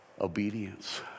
Obedience